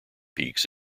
peaks